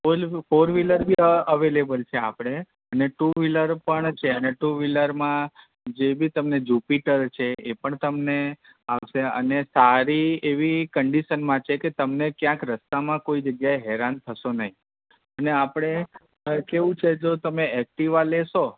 fall વી four wheeler બી પણ અવેલેબલ છે આપણે અને ટુ વ્હીલર પણ છે અને ટુ વ્હીલરમાં જે બી તમને જુપિટર છે એ પણ તમને આપશે અને સારી એવી કન્ડિશનમાં છે કે તમને કયાંક રસ્તામાં કોઈ જગ્યાએ હેરાન થશો નહીં અને આપણે કેવું છે જો તમે એકટીવા લેશો